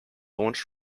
launched